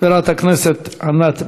חברת הכנסת ענת ברקו,